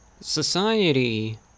Society